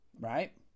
Right